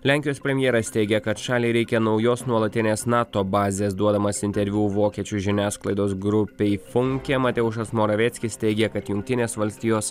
lenkijos premjeras teigia kad šaliai reikia naujos nuolatinės nato bazės duodamas interviu vokiečių žiniasklaidos grupei funke mateušas moravieckis teigė kad jungtinės valstijos